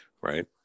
right